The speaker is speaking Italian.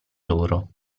loro